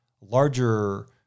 larger